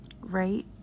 Right